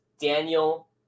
Daniel